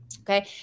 Okay